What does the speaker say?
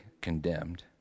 condemned